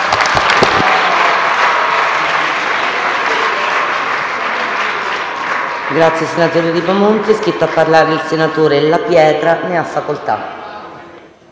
Grazie